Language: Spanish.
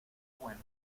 bueno